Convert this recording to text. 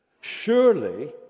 surely